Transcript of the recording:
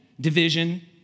division